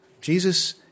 Jesus